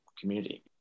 community